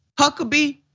Huckabee